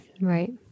Right